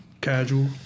casual